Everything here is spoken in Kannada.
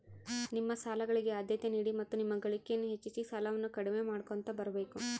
ನಿಮ್ಮ ಸಾಲಗಳಿಗೆ ಆದ್ಯತೆ ನೀಡಿ ಮತ್ತು ನಿಮ್ಮ ಗಳಿಕೆಯನ್ನು ಹೆಚ್ಚಿಸಿ ಸಾಲವನ್ನ ಕಡಿಮೆ ಮಾಡ್ಕೊಂತ ಬರಬೇಕು